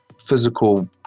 physical